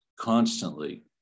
constantly